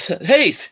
Hey